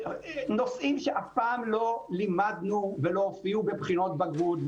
נושאים שאף פעם לא לימדנו ואף פעם לא הופיעו בבחינות בגרות,